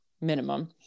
minimum